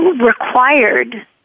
required